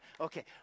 Okay